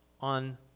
on